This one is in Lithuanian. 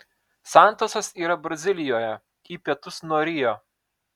santosas yra brazilijoje į pietus nuo rio